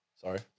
Sorry